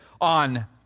on